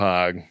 Pog